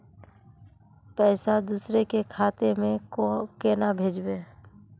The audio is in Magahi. पैसा दूसरे के खाता में केना भेजबे?